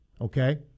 okay